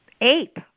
ape